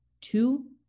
two